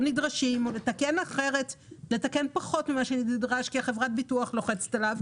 נדרשים או לתקן פחות ממה שנדרש כי חברת הביטוח לוחצת עליו.